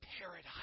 paradise